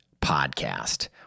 podcast